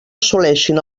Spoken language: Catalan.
assoleixen